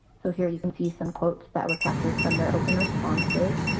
so here you can see some quotes that were captured from their open responses.